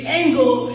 angle